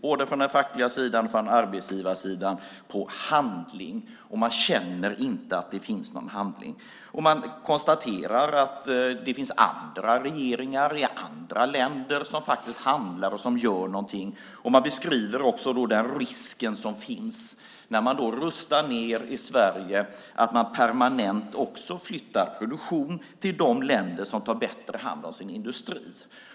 Både den fackliga sidan och arbetsgivarsidan vädjade om handling eftersom man inte känner att det finns någon handling. Man konstaterade att det finns andra regeringar i andra länder som handlar och gör något. Man beskrev risken som finns när man rustar ned i Sverige, nämligen att man permanent flyttar produktion till de länder som tar bättre hand om sin industri.